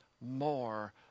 more